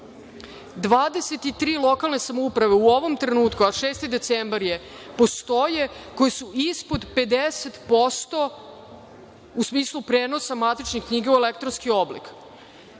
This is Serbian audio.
23 lokalne samouprave, a 6. decembar je, postoje koje su ispod 50% u smislu prenosa matičnih knjiga u elektronski oblik.